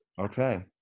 Okay